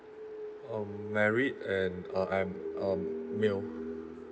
um married and uh I'm a male